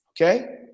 Okay